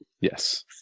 Yes